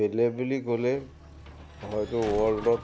পেলে বুলি ক'লে হয়তো ৱৰ্ল্ডত